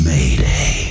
Mayday